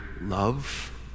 love